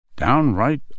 downright